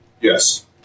Yes